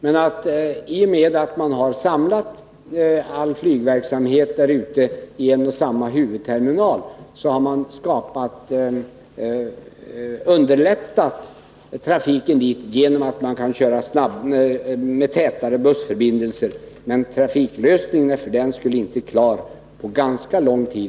Men i och med att man har samlat all flygverksamhet där ute i en och samma huvudterminal har man underlättat trafiken dit: man kan då ha tätare bussförbindelser. Men trafiklösningen är för den skull inte klar på ganska lång tid.